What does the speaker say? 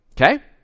Okay